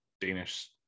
Danish